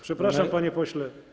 Przepraszam, panie pośle.